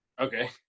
Okay